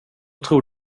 tror